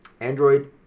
Android